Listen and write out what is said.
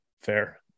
fair